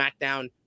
SmackDown